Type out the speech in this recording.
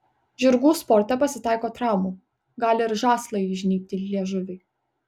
žirgų sporte pasitaiko traumų gali ir žąslai įžnybti į liežuvį